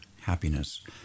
happiness